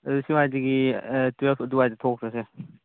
ꯑꯗꯨ ꯁꯨꯋꯥꯏꯗꯒꯤ ꯇ꯭ꯋꯦꯜꯞ ꯑꯗꯨꯋꯥꯏꯗ ꯊꯣꯛꯈ꯭ꯔꯁꯦ